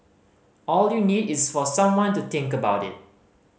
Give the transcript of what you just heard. all you need is for someone to think about it